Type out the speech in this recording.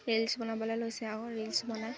reels বনাবলৈ লৈছে আকৌ ৰিলচ বনায়